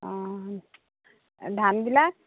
অঁ ধানবিলাক